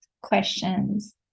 questions